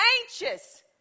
anxious